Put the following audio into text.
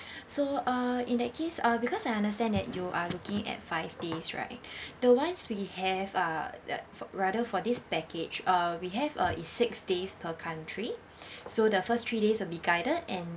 so uh in that case uh because I understand that you are looking at five days right the ones we have are rather for this package uh we have uh is six days per country so the first three days will be guided and